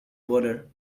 boner